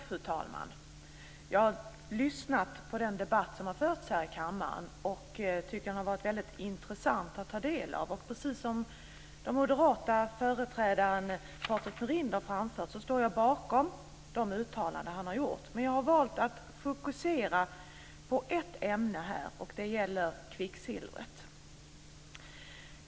Fru talman! Jag har lyssnat på den debatt som har förts här i kammaren och tycker att den har varit väldigt intressant att ta del av. Jag står bakom de uttalanden som den moderate företrädaren Patrik Norinder har gjort, men jag har valt att fokusera på ett ämne. Det gäller kvicksilvret.